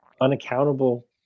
unaccountable